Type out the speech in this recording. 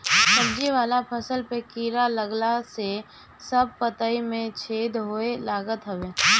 सब्जी वाला फसल पे कीड़ा लागला से सब पतइ में छेद होए लागत हवे